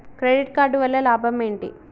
Credit card వల్ల లాభం ఏంటి?